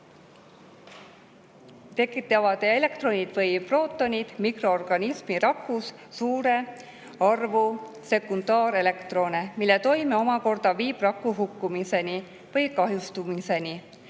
tekitavad elektronid või prootonid mikroorganismi rakus suure arvu sekundaarelektrone, mille toime omakorda viib raku hukkumiseni või kahjustumiseni.